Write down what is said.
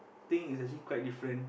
thing is actually quite different